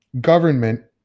government